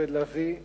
הודעה למזכיר הכנסת.